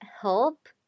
help